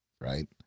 right